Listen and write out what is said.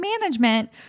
management